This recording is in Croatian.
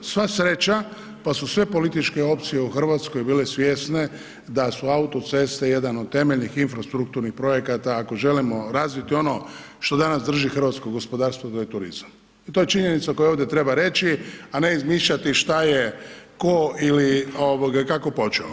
Sva sreća, pa su sve političke opcije u RH bile svjesne da su autoceste jedan od temeljnih infrastrukturnih projekata ako želimo razviti ono što danas drži hrvatsko gospodarstvo, to je turizam i to je činjenica koju ovdje treba reći, a ne izmišljati šta je tko ili kako počeo.